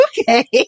okay